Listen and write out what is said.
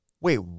Wait